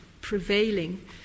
prevailing